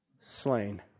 slain